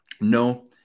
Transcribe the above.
no